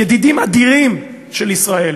ידידים אדירים של ישראל,